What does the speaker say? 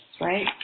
right